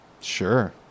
Sure